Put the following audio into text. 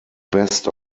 best